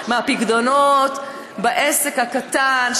מהפיקדונות בעסק הקטן,